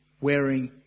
wearing